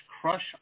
Crush